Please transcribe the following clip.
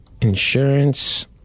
insurance